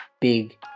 big